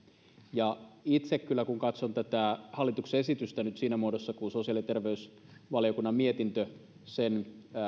ja itse kyllä kun katson tätä hallituksen esitystä nyt siinä muodossa kuin sosiaali ja terveysvaliokunnan mietintö sen